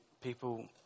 people